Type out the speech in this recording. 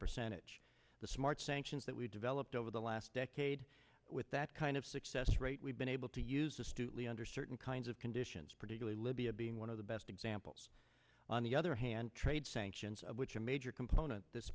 percentage of the smart sanctions that we've developed over the last decade with that kind of success rate we've been able to use astutely under certain kinds of conditions particularly libya being one of the best examples on the other hand trade sanctions of which a major component of this